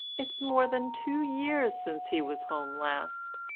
it's more than two years since he was home last.